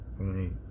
Okay